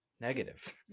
negative